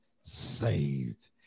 saved